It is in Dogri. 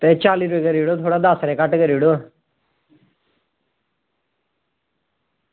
एह् चालसी रपे करी ओड़ेओ थोह्ड़ा दस्स रपेऽ करी ओड़ेओ